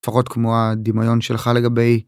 לפחות כמו הדמיון שלך לגבי...